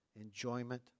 enjoyment